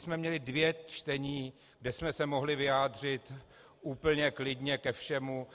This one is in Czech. My jsme měli dvě čtení, kde jsme se mohli vyjádřit úplně klidně ke všemu.